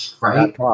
Right